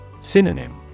Synonym